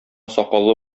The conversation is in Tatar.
сакаллы